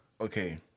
Okay